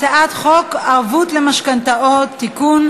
הצעת חוק ערבות למשכנתאות (תיקון,